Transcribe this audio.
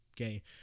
Okay